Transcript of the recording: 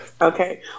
Okay